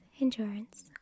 endurance